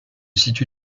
situe